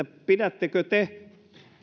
pidättekö te